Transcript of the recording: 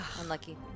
Unlucky